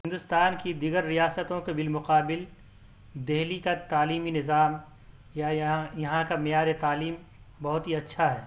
ہندوستان کی دیگر ریاستوں کے بالمقابل دہلی کا تعلیمی نظام یا یہاں یہاں کا میعار تعلیم بہت ہی اچھا ہے